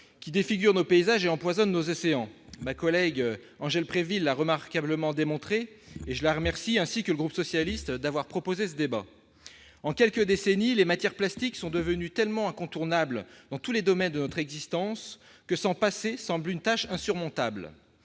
qui défigurent nos paysages et empoisonne nos océans ma collègue Angel prévu il a remarquablement démontrée et je la remercie, ainsi que le groupe socialiste d'avoir proposé ce débat en quelques décennies, les matières plastiques sont devenus tellement incontournable dans tous les domaines de notre existence, que son passé semble une tâche insurmontable,